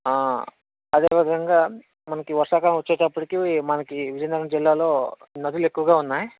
ఆ అదే విధంగా మనకి వర్షాకాలం వచ్చేటప్పటికి మనకి విజయనగరం జిల్లాలో నదులు ఎక్కువగా ఉన్నాయి